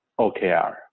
OKR